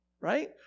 right